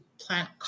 plant